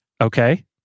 Okay